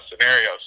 scenarios